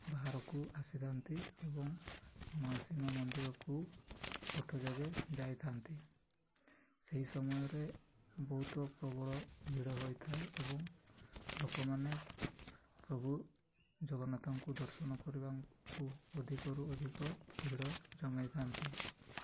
ବାହାରକୁ ଆସିଥାନ୍ତି ଏବଂ ମାଉସୀମା ମନ୍ଦିରକୁ ରଥଯୋଗେ ଯାଇଥାନ୍ତି ସେହି ସମୟରେ ବହୁତ ପ୍ରବଳ ଭିଡ଼ ହୋଇଥାଏ ଏବଂ ଲୋକମାନେ ପ୍ରଭୁ ଜଗନ୍ନାଥଙ୍କୁ ଦର୍ଶନ କରିବାକୁ ଅଧିକରୁ ଅଧିକ ଭିଡ଼ ଜମେଇଥାନ୍ତି